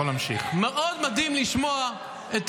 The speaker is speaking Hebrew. שכתב לך בן